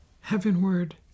heavenward